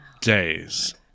days